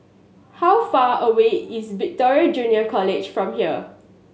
how far away is Victoria Junior College from here